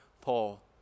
Paul